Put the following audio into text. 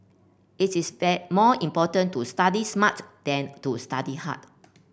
it is that more important to study smarts than to study hard